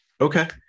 Okay